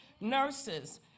nurses